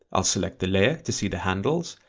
i'll select the layer to see the handles,